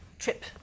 trip